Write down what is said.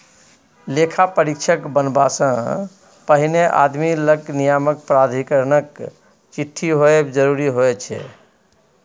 लेखा परीक्षक बनबासँ पहिने आदमी लग नियामक प्राधिकरणक चिट्ठी होएब जरूरी होइत छै